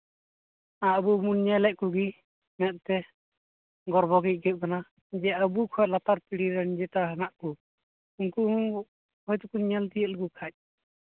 ᱟᱵᱚ ᱵᱚᱱ ᱧᱮᱞᱮᱜ ᱠᱚᱜᱮ ᱢᱮᱫᱛᱮ ᱜᱚᱨᱵᱚ ᱜᱮ ᱟᱹᱭᱠᱟᱹᱜ ᱠᱟᱱᱟ ᱡᱮ ᱟᱵᱚ ᱠᱷᱚᱡ ᱞᱟᱛᱟᱨ ᱯᱤᱲᱦᱤ ᱨᱮᱱ ᱡᱮᱴᱟ ᱦᱮᱱᱟᱜ ᱠᱚ ᱩᱱᱠᱩ ᱦᱚᱸ ᱦᱚᱭ ᱛᱚᱠᱳ ᱧᱮᱞ ᱛᱤᱭᱳᱜ ᱞᱮᱠᱚ ᱠᱷᱟᱡ